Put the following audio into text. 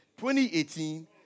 2018